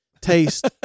taste